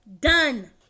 Done